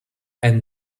and